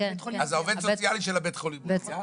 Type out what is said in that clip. אז העובד הסוציאלי של בית החולים מודיע,